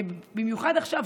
ובמיוחד עכשיו,